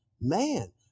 man